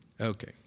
Okay